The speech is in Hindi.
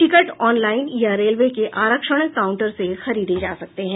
टिकट ऑनलाइन या रेलवे के आरक्षण काउंटर से खरीदे जा सकते हैं